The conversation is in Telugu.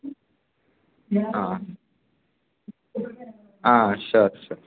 ఆ షూర్ షూర్